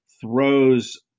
throws –